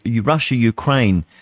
Russia-Ukraine